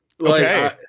Okay